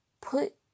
put